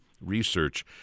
research